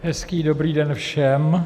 Hezký dobrý den všem.